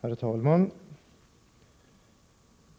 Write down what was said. Herr talman!